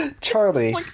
Charlie